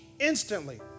Instantly